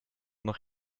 noch